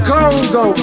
Congo